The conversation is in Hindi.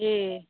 जी